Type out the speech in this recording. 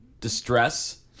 distress